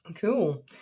Cool